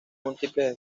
múltiples